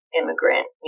immigrant